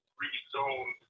rezone